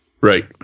Right